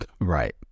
Right